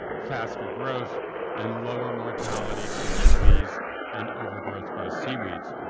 faster growth and lower mortality from disease and overgrowth by seaweeds.